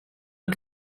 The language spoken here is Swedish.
att